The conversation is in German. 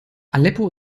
aleppo